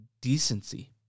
decency